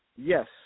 Yes